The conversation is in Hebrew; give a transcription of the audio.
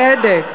בצדק.